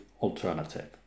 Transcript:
alternative